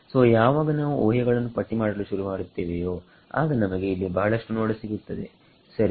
ಸೋಯಾವಾಗ ನಾವು ಊಹೆಗಳನ್ನು ಪಟ್ಟಿ ಮಾಡಲು ಶುರುಮಾಡುತ್ತೇವೆಯೋ ಆಗ ನಮಗೆ ಇಲ್ಲಿ ಬಹಳಷ್ಟು ನೋಡಸಿಗುತ್ತದೆ ಸರಿ